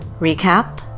Recap